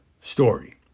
story